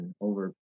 over